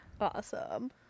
Awesome